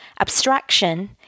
abstraction